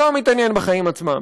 לא מתעניין בחיים עצמם.